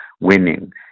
winning